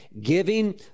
giving